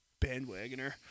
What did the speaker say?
bandwagoner